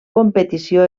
competició